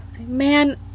Man